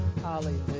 Hallelujah